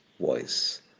voice